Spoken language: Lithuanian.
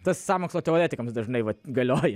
tas sąmokslo teoretikams dažnai vat galioja